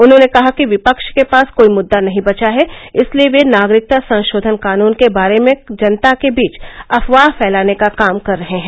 उन्होंने कहा कि विपक्ष के पास कोई मुद्दा नहीं बचा है इसलिए वे नागरिकता संशोधन कानून के बारे में जनता के बीच अफवाह फैलाने का काम कर रहे हैं